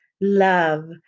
love